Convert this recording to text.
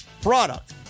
product